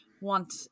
want